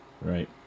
Right